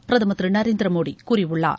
பிரதமர் திரு நரேந்திர மோடி கூறியுள்ளார்